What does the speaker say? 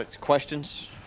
Questions